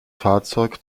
fahrzeug